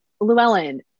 Llewellyn